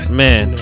man